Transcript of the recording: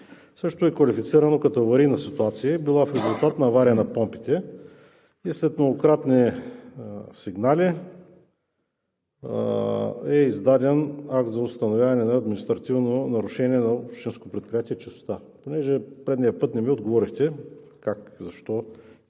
Същото е квалифицирано като аварийна ситуация – била в резултат на авария на помпите. След многократни сигнали е издаден акт за установяване на административно нарушение на Общинско предприятие „Чистота“. Понеже предния път не ми отговорихте как, защо